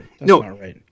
no